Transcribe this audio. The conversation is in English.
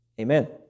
Amen